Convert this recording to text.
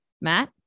Matt